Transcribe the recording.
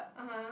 (uh huh)